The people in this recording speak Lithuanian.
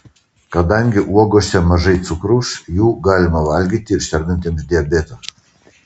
kadangi uogose mažai cukraus jų galima valgyti ir sergantiems diabetu